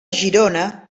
girona